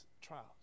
trials